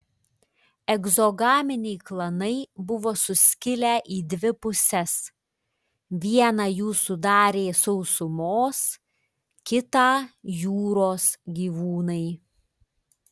egzogaminiai klanai buvo suskilę į dvi puses vieną jų sudarė sausumos kitą jūros gyvūnai